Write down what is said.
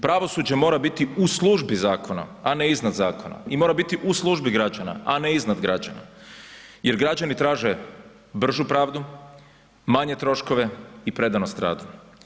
Pravosuđe mora biti u službi zakona a ne iznad zakona i mora biti u službi građana a ne iznad građana jer građani traže bržu pravdu, manje troškove i predanost radu.